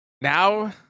now